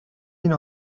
این